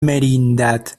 merindad